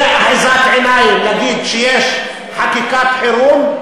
זה אחיזת עיניים להגיד שיש חקיקת חירום,